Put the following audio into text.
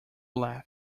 laugh